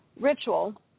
Ritual